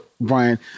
Brian